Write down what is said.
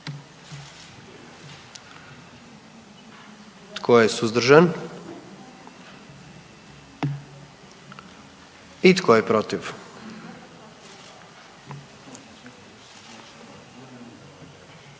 Tko je suzdržan? I tko je protiv?